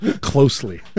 closely